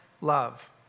Love